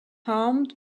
armed